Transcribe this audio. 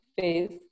face